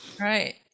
Right